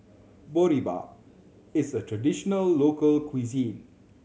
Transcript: boribap is a traditional local cuisine